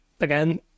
again